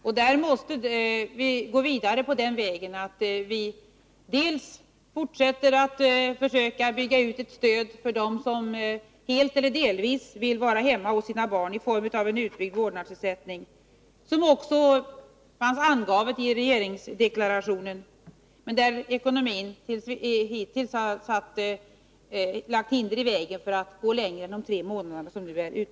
Vi måste gå vidare på den här vägen och försöka bygga upp ett stöd — i form av en utbyggd vårdnadsersättning — för dem som helt eller delvis vill vara hemma hos sina barn. Detta har också tagits upp i regeringsdeklarationen, men ekonomin har hittills lagt hinder i vägen för att sträcka sig längre än till de tre månader som nu gäller.